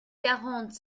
quarante